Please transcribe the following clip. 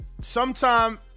sometime